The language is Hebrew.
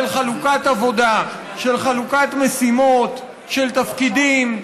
של חלוקת עבודה, של חלוקת משימות, של תפקידים,